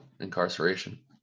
incarceration